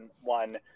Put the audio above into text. one